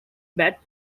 bat